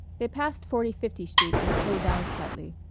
they passed forty-fifth street and slowed down slightly.